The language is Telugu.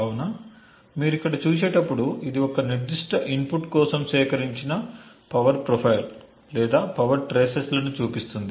కాబట్టి మీరు ఇక్కడ చూసేటప్పుడు ఇది ఒక నిర్దిష్ట ఇన్పుట్ కోసం సేకరించిన పవర్ ప్రొఫైల్ లేదా పవర్ ట్రేసెస్లను చూపిస్తుంది